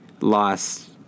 lost